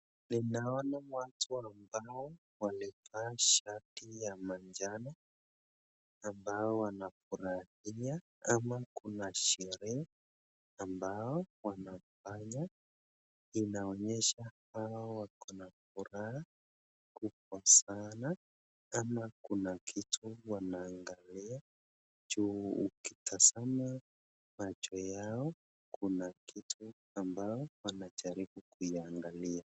Ninaona watu ambao walivaa shati ya manjano ambao wanafurahia ama kuna sherehe ambao wanafanya. Inaonyesha hawa wako na furaha kubwa sana ama kuna kitu wanaangalia juu ukitazama macho yao kuna kitu ambao wanajaribu kuiangalia.